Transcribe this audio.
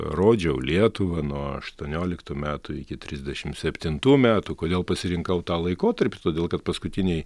rodžiau lietuvą nuo aštuonioliktų metų iki trisdešimt septintų metų kodėl pasirinkau tą laikotarpį todėl kad paskutiniai